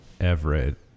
Everett